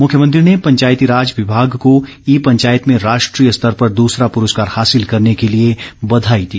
मुख्यमंत्री ने पंचायती राज विमाग को ई पंचायत में राष्ट्रीय स्तर पर दूसरा पुरस्कार हासिल करने के लिए बधाई दी